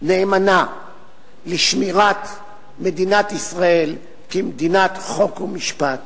נאמנה לשמירת מדינת ישראל כמדינת חוק ומשפט,